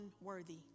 unworthy